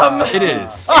um matt it is.